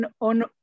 on